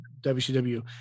WCW